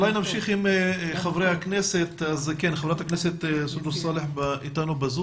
חברת הכנסת סונדוס סאלח אתנו בזום.